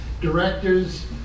directors